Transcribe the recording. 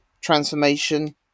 Transformation